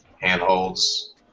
handholds